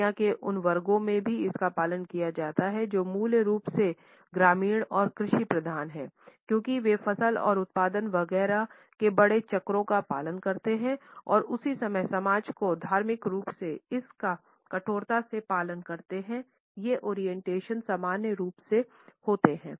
दुनिया के उन वर्गों में भी इसका पालन किया जाता है जो मूल रूप से ग्रामीण और कृषि प्रधान हैं क्योंकि वे फसल और उत्पादन वगैरह के बड़े चक्रों का पालन करते हैं और उसी समय समाज जो धार्मिक रूप से इस का कठोरता से पालन करते हैं ये ओरिएंटेशन सामान्य रूप से होते हैं